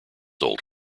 old